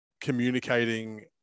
communicating